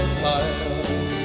fire